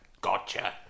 gotcha